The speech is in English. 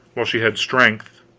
while she had strength